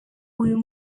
uyu